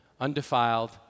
undefiled